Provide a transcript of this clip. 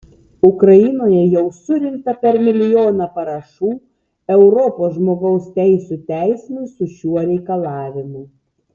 ukrainoje jau surinkta per milijoną parašų europos žmogaus teisių teismui su šiuo reikalavimu